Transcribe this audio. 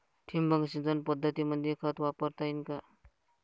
ठिबक सिंचन पद्धतीमंदी खत वापरता येईन का?